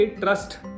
trust